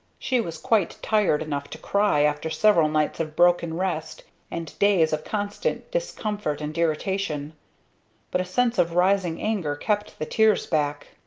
she was quite tired enough to cry after several nights of broken rest and days of constant discomfort and irritation but a sense of rising anger kept the tears back.